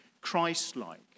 Christ-like